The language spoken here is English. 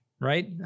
right